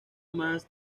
más